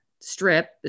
strip